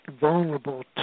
vulnerable